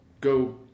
go